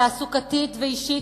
תעסוקתית ואישית,